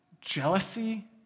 jealousy